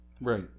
Right